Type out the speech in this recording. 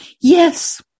Yes